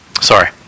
Sorry